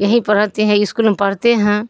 یہیں پڑھتے ہیں اسکول میں پڑھتے ہیں